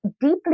deeply